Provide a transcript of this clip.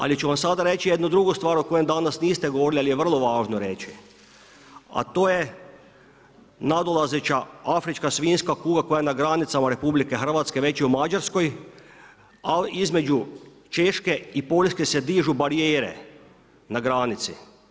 Ali ću vam sada reći jednu drugu stvar o kojem danas niste govorili, ali je vrlo važno reći, a to je nadolazeća afrička svinjska kuga koja je na granicama RH već i u Mađarskoj, ali između Češke i Poljske se dižu barijere na granici.